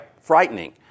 frightening